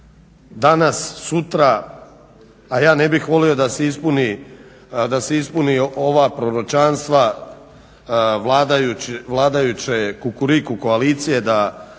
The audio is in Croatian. danas-sutra, a ja ne bih volio da se ispune ova proročanstva vladajuće Kukuriku koalicije da